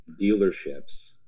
dealerships